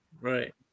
Right